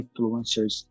influencers